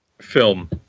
film